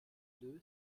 deux